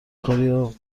کاریو